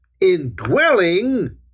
indwelling